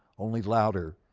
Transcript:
only louder,